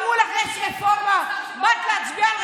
מסתבר, לא עשתה לא שירות לאומי ולא צבא.